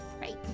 right